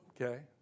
Okay